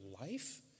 life